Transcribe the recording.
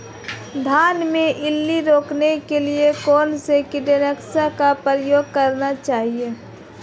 धान में इल्ली रोकने के लिए कौनसे कीटनाशक का प्रयोग करना चाहिए?